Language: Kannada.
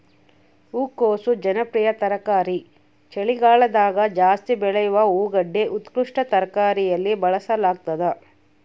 ಹೂಕೋಸು ಜನಪ್ರಿಯ ತರಕಾರಿ ಚಳಿಗಾಲದಗಜಾಸ್ತಿ ಬೆಳೆಯುವ ಹೂಗಡ್ಡೆ ಉತ್ಕೃಷ್ಟ ತರಕಾರಿಯಲ್ಲಿ ಬಳಸಲಾಗ್ತದ